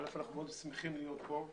אנחנו מאוד שמחים להיות כאן.